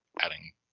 adding